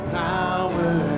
power